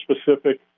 specific